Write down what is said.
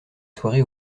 soirée